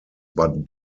but